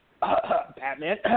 Batman